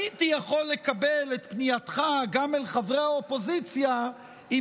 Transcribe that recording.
הייתי יכול לקבל את פנייתך גם אל חברי האופוזיציה אם